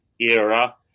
era